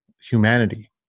humanity